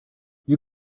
you